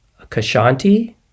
kashanti